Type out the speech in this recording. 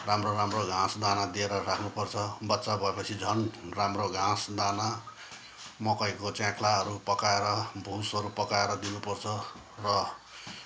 राम्रो राम्रो घाँस दाना दिएर राख्नुपर्छ बच्चा भएपछि झन् राम्रो घाँस दाना मकैको च्याख्लाहरू पकाएर भुसहरू पकाएर दिनुपर्छ र